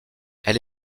elle